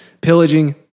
pillaging